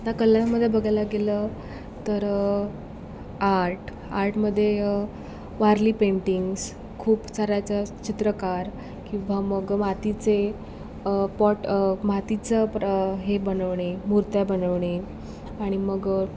त्या कलांमध्ये बघायला गेलं तर आर्ट आर्टमध्ये वारली पेंटिंग्ज खूप साऱ्याचं चित्रकार किंवा मग मातीचे पॉट मातीचं हे बनवणे मूर्त्या बनवणे आणि मग